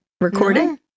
recording